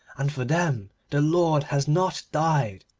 and for them the lord has not died